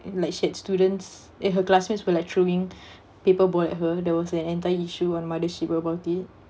like she had students and her classmates will like throwing paper ball at her there was an entire issue on mothership about it